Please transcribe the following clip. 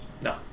No